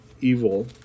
evil